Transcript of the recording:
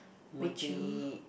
would you